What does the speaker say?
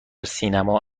سینما